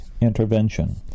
intervention